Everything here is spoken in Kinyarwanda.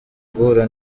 guhura